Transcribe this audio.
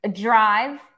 drive